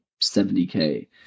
70K